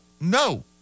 No